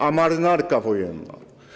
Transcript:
A Marynarka Wojenna?